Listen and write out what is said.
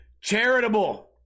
charitable